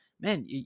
man